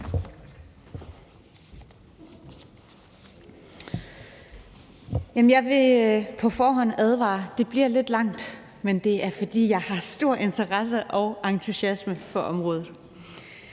Jeg vil forhånd advare om, at det bliver lidt langt, men det er, fordi jeg har stor interesse og entusiasme på området.